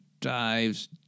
dives